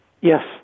Yes